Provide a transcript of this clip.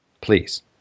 Please